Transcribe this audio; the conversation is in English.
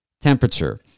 temperature